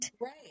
Right